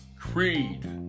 creed